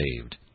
saved